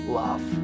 love